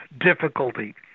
difficulty